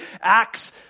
acts